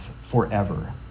forever